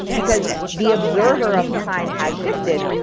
because the observer of the time has shifted,